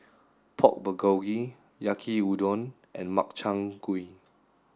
Pork Bulgogi Yaki Udon and Makchang Gui